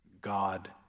God